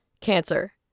Cancer